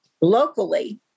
locally